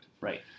Right